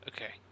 Okay